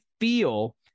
feel